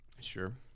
sure